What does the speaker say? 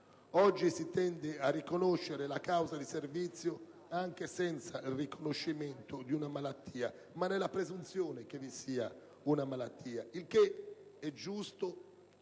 Oggi si tende a riconoscere la causa di servizio anche senza il riconoscimento di una malattia, ma nella presunzione che questa vi sia: ciò è giusto,